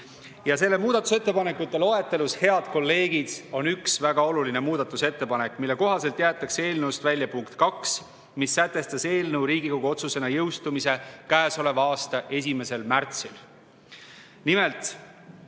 lugema. Muudatusettepanekute loetelus, head kolleegid, on üks väga oluline muudatusettepanek, mille kohaselt jäetakse eelnõust välja punkt 2, mis sätestas eelnõu Riigikogu otsusena jõustumise käesoleva aasta 1. märtsil.